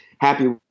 happy